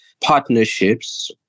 partnerships